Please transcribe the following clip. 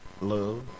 Love